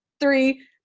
three